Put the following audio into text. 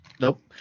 Nope